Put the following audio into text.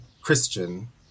Christian